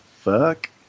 fuck